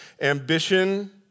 ambition